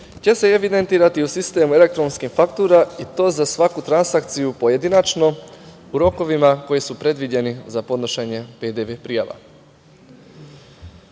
će se evidentirati u sistem elektronskih faktura i to za svaku transakciju pojedinačno u rokovima koji su predviđeni za podnošenje PDV prijava. Kada